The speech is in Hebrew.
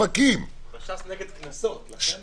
אופקים זה של גפני, זה לא שלכם.